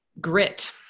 grit